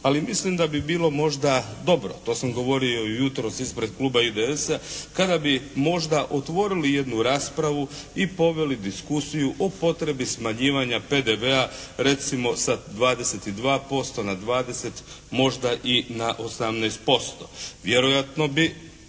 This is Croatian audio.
ali mislim da bi bilo možda dobro, to sam govorio i jutros ispred kluba IDS-a kada bi možda otvorili jednu raspravu i poveli diskusiju o potrebi smanjivanja PDV-a recimo sa 22% na 20, možda i na 18%.